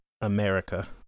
America